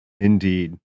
Indeed